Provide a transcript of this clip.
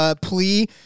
plea